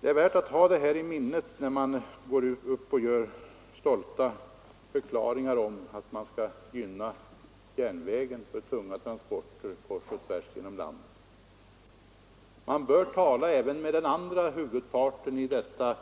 Det är värt att ha det här i minnet när man gör stolta förklaringar om att vi skall gynna järnvägen när det gäller tunga transporter kors och tvärs genom landet. Man bör tala även med den andra huvudparten i detta